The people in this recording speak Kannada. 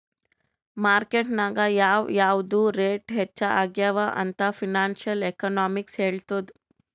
ಮಾರ್ಕೆಟ್ ನಾಗ್ ಯಾವ್ ಯಾವ್ದು ರೇಟ್ ಹೆಚ್ಚ ಆಗ್ಯವ ಅಂತ್ ಫೈನಾನ್ಸಿಯಲ್ ಎಕನಾಮಿಕ್ಸ್ ಹೆಳ್ತುದ್